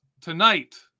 Tonight